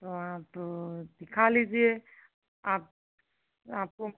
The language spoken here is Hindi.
हाँ तो दिखा लीजिए आप आपको